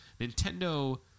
Nintendo